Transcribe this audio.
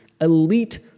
elite